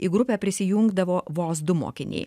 į grupę prisijungdavo vos du mokiniai